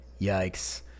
Yikes